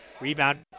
Rebound